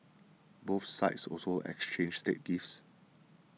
both sides also exchanged state gifts